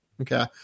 Okay